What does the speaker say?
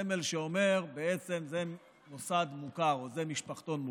סמל שאומר שבעצם זה מוסד מוכר או זה משפחתון מוכר,